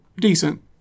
decent